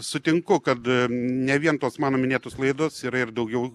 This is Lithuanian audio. sutinku kad ne vien tos mano minėtos laidos yra ir daugiau